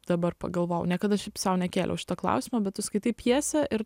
dabar pagalvojau niekada šiaip sau nekėliau šito klausimo bet tu skaitai pjesę ir